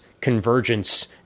Convergence